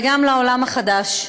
וגם לעולם החדש,